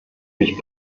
mich